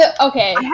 Okay